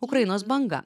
ukrainos banga